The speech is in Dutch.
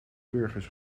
burgers